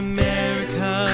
America